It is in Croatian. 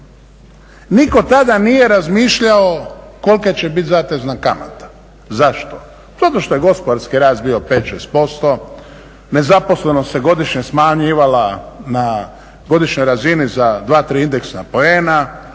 Niko tada nije razmišljao kolika će biti zatezna kamata. Zašto? Zato što je gospodarski rast bio 5, 6% , nezaposlenost se godišnje smanjivala na godišnjoj razini za 2,3 indeks apoena,